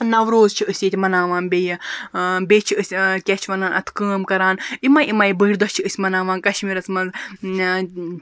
نوروز چھِ أسۍ ییٚتہِ مَناوان بیٚیہِ بیٚیہِ چھِ أسۍ کیاہ چھِ وَنان اتھ کٲم کَران یِمے یِمے بٔڑۍ دۄہ چھِ أسۍ مَناوان کَشمیٖرَس مَنٛز